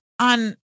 on